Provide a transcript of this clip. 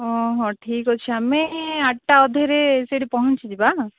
ହଁ ହଁ ଠିକ୍ ଅଛି ଆମେ ଆଠଟା ଅଧେରେ ସେଇଠି ପହଞ୍ଚି ଯିବା